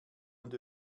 und